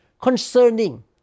concerning